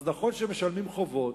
אז נכון שמשלמים חובות,